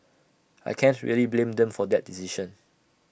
I can't really blame them for that decision